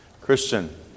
Christian